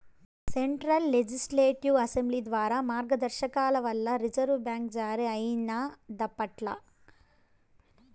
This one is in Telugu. సెంట్రల్ లెజిస్లేటివ్ అసెంబ్లీ ద్వారా మార్గదర్శకాల వల్ల రిజర్వు బ్యాంక్ జారీ అయినాదప్పట్ల